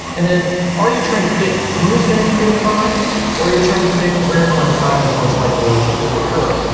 and then are you trying to predict who is going to commit a crime or are you trying to predict where and when crime is most likely to occur?